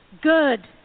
good